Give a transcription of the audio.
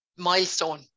milestone